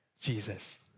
Jesus